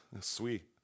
Sweet